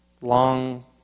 long